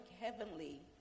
heavenly